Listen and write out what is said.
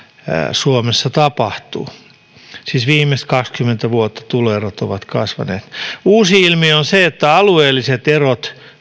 suomessa tapahtuu siis viimeiset kaksikymmentä vuotta tuloerot ovat kasvaneet uusi ilmiö on se että alueelliset erot